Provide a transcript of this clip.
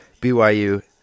BYU